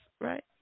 right